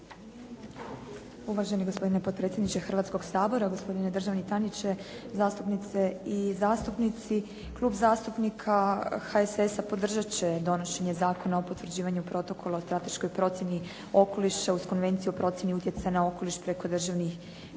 Uvaženi gospodine potpredsjedniče Hrvatskoga sabora, gospodine državni tajniče, zastupnice i zastupnici. Klub zastupnika HSS-a podržat će donošenje Zakona o potvrđivanju Protokola o strateškoj procjeni okoliša uz Konvenciju o procjeni utjecaja na okoliš prekodržavnih